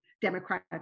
Democratic